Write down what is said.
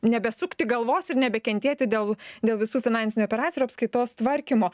nebesukti galvos ir nebekentėti dėl dėl visų finansinių operacijų ir apskaitos tvarkymo